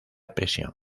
presión